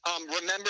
remember